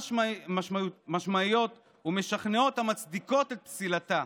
חד-משמעיות ומשכנעות המצדיקות את פסילתה".